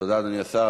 תודה, אדוני השר.